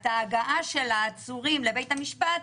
את ההגעה של העצורים לבית המשפט,